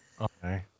Okay